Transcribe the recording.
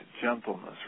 gentleness